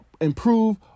improve